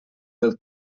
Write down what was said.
del